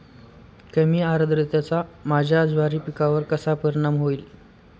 कमी आर्द्रतेचा माझ्या ज्वारी पिकावर कसा परिणाम होईल?